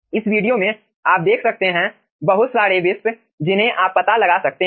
इस वीडियो में आप देख सकते हैं बहुत सारे विस्प जिन्हें आप पता लगा सकते हैं